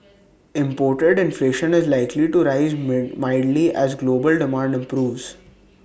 imported inflation is likely to rise mildly as global demand improves